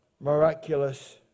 miraculous